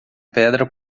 pedra